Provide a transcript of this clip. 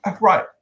Right